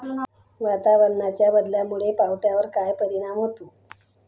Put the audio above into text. वातावरणाच्या बदलामुळे पावट्यावर काय परिणाम होतो?